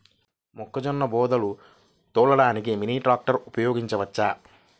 మొక్కజొన్న బోదెలు తోలడానికి మినీ ట్రాక్టర్ ఉపయోగించవచ్చా?